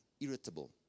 irritable